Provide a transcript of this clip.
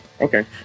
Okay